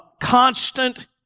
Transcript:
constant